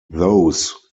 those